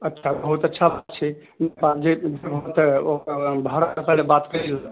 अच्छा बहुत अच्छा बात छै